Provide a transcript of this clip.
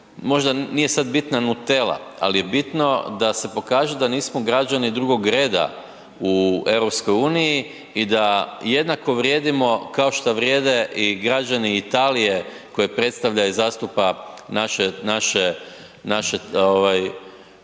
možda nije sad bitna Nutella, ali je bitno da se pokaže da nismo građani drugog reda u EU i da jednako vrijedimo kao što vrijede i građani Italije koje predstavlja i zastupa naše,